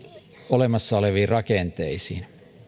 olemassa oleviin rakenteisiin